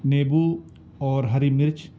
نیمبو اور ہری مرچ